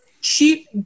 cheap